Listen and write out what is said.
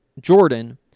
Jordan